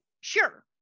sure